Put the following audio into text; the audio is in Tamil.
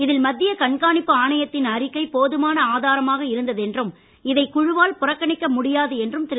இதில் மத்திய கண்காணிப்பு ஆணையத்தின் அறிக்கை போதுமான ஆதாரமாக இருந்தது என்றும் இதை குழுவால் புறக்கணிக்க முடியாது என்றும் திரு